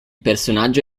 personaggio